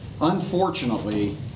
unfortunately